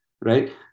right